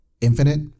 Infinite